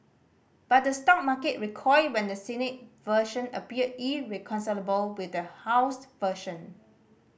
but the stock market recoiled when the Senate version appeared irreconcilable with the house version